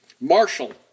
Marshall